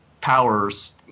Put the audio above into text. powers